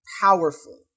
powerful